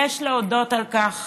יש להודות על כך